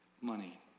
money